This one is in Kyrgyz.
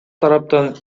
тараптан